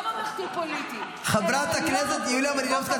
לא ממלכתי-פוליטי אלא --- חברת הכנסת יוליה מלינובסקי,